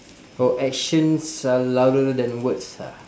oh actions are louder than words ha